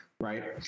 right